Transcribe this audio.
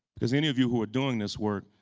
because any of you who are doing this work,